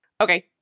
Okay